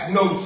no